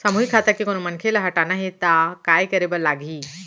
सामूहिक खाता के कोनो मनखे ला हटाना हे ता काय करे बर लागही?